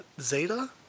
Zeta